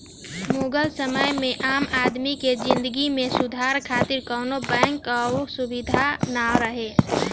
मुगल समय में आम आदमी के जिंदगी में सुधार खातिर कवनो बैंक कअ सुबिधा ना रहे